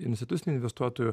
institucinių investuotojų